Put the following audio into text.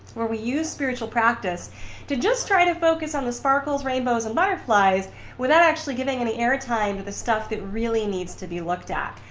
where we use spiritual practice to just try to focus on the sparkles rainbows and butterflies without actually getting any air time to the stuff that really needs to be looked at.